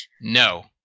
No